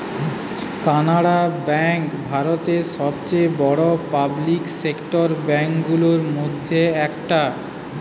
Canara bank ভারতের সবচেয়ে বড়ো পাবলিক সেক্টর ব্যাঙ্ক গুলোর মধ্যে একটা